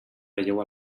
relleu